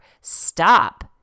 stop